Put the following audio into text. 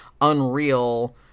unreal